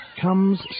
comes